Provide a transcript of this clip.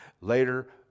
Later